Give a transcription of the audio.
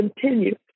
continue